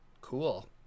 cool